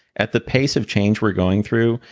at the pace of change we're going through,